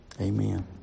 Amen